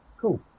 Cool